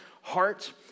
heart